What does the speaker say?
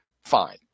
Fine